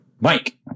Mike